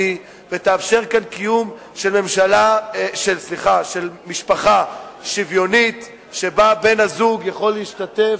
ותאפשר כאן קיום של משפחה שוויונית שבה בן-הזוג יכול להשתתף,